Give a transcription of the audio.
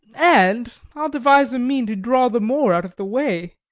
and i'll devise a mean to draw the moor out of the way,